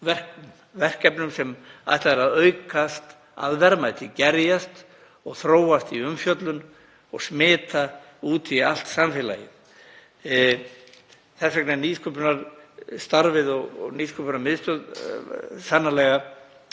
verkefnum sem ætlað er að aukast að verðmæti, gerjast og þróast í umfjöllun og smita út í allt samfélagið. Þess vegna hefur nýsköpunarstarfið og Nýsköpunarmiðstöð sannarlega